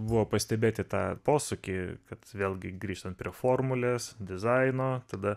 buvo pastebėti tą posūkį kad vėlgi grįžtant prie formulės dizaino tada